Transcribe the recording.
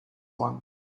one